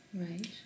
Right